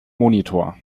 monitor